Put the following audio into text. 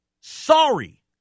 Sorry